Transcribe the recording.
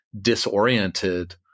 disoriented